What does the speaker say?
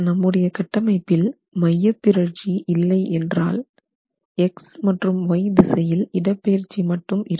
நம்முடைய கட்டமைப்பில் மையப்பிறழ்ச்சி இல்லை என்றால் x மற்றும் y திசையில் இடப்பெயர்ச்சி மட்டும் இருக்கும்